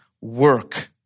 work